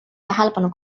tähelepanu